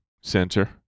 center